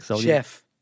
Chef